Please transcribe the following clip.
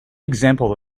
example